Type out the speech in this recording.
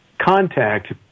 contact